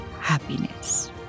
happiness